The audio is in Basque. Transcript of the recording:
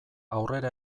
aurrera